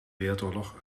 wereldoorlog